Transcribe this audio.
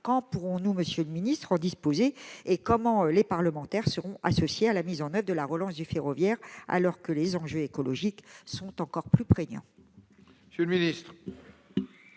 quand pourrons-nous, monsieur le ministre, en disposer ? Comment les parlementaires seront-ils associés à la mise en oeuvre de la relance du ferroviaire, alors que les enjeux écologiques sont encore plus prégnants